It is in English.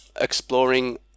exploring